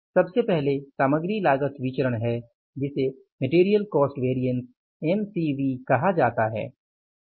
सबसे पहले सामग्री लागत विचरण है जिसे MCV कहा जाता है